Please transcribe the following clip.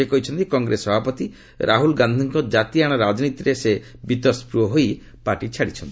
ସେ କହିଛନ୍ତି କଂଗ୍ରେସ ସଭାପତି ରାହୁଲ ଗାନ୍ଧିଙ୍କ ଜାତିଆଣ ରାଜନୀତିରେ ସେ ବିତସ୍କୃହ ହୋଇ ପାର୍ଟି ଛାଡ଼ିଛନ୍ତି